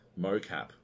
mocap